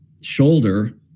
shoulder